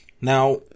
now